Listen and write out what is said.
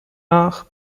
nach